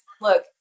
look